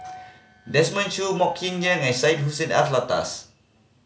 Desmond Choo Mok Ying Jang and Syed Hussein Alatas